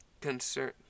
Concern